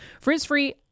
Frizz-free